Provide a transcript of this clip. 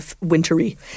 wintery